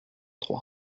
trois